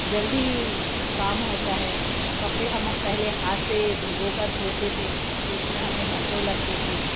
जल्दी काम होता है कपड़े हम पहले हाथ से भिगोकर होते थे तो उसमें हमें घंटों लगते थे अब